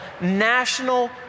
national